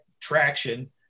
traction